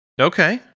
Okay